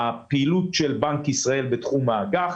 הפעילות של בנק ישראל בתחום האג"ח,